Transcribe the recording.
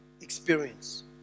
experience